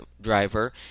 driver